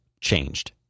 changed